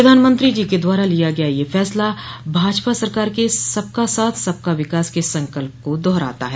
प्रधानमंत्री जी के द्वारा लिया गया यह फैसला भाजपा सरकार के सबका साथ सबका विकास के संकल्प को दोहराता है